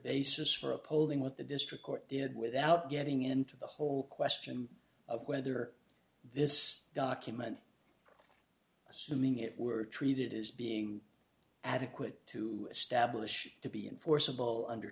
basis for upholding what the district court did without getting into the whole question of whether this document assuming it were treated as being adequate to establish to be enforceable under